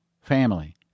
family